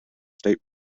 state